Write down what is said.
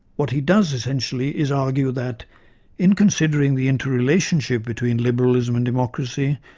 what he does essentially is argue that in considering the interrelationship between liberalism and democracy,